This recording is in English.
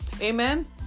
Amen